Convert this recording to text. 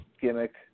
gimmick